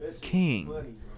King